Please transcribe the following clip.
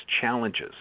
challenges